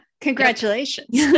Congratulations